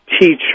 teacher